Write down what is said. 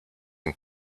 and